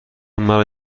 مرا